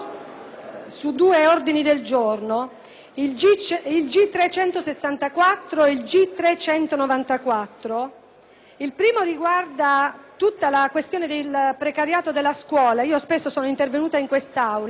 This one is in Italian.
sugli ordini del giorno G3.164 e G3.194. Il primo riguarda tutta la questione del precariato della scuola: spesso infatti sono intervenuta in quest'Aula